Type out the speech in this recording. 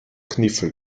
kniffel